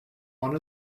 one